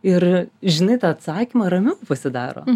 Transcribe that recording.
ir žinai tą atsakymą ramiau pasidaro